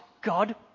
God